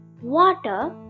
water